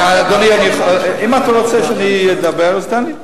אדוני, אם אתה רוצה שאני אדבר, תן לי.